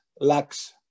lacks